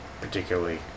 particularly